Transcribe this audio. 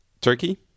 Turkey